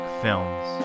films